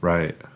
Right